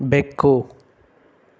ಬೆಕ್ಕು